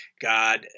God